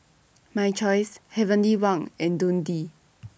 My Choice Heavenly Wang and Dundee